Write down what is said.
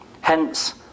Hence